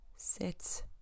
Sit